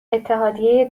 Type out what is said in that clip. اتحادیه